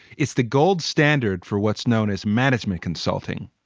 it's the gold standard for what's known as management consulting.